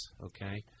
okay